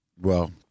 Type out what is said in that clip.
Well-